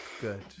Good